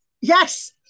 Yes